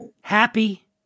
happy